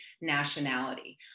nationality